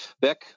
Beck